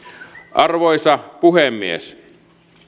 arvoisa puhemies